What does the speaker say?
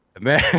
Man